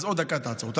בעוד דקה תעצור אותו.